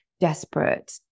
desperate